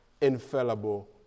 infallible